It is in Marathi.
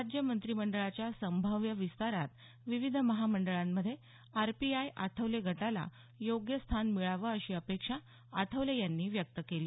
राज्य मंत्रिमंडळाच्या संभाव्य विस्तारात विविध महामंडळांमध्ये आरपीआय आठवले गटाला योग्य स्थान मिळावं अशी अपेक्षा आठवले यांनी व्यक्त केली